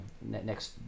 next